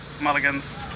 Mulligans